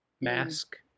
mask